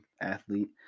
athlete